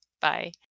Bye